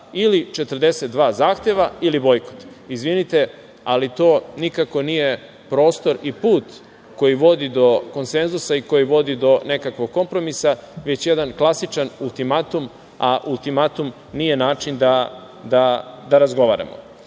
ili 42 zahteva ili bojkot. Izvinite, ali to nikako nije prostor i put koji vodi do konsenzusa i koji vodi do nekakvom kompromisa, već jedan klasičan ultimatum, a ultimatum nije način da razgovaramo. Nije